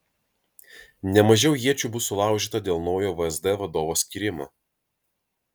ne mažiau iečių bus sulaužyta ir dėl naujo vsd vadovo skyrimo